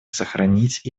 сохранить